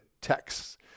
texts